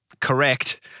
correct